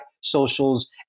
socials